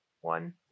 one